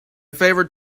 favorite